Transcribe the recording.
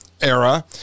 era